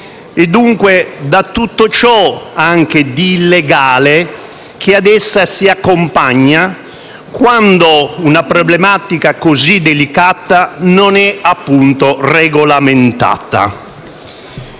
e, dunque, da tutto ciò che di illegale ad essa si accompagna quando una problematica così delicata non è regolamentata.